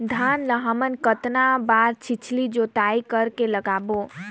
धान ला हमन कतना बार छिछली जोताई कर के लगाबो?